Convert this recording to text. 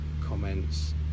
comments